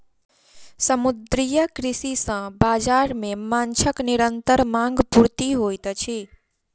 समुद्रीय कृषि सॅ बाजार मे माँछक निरंतर मांग पूर्ति होइत अछि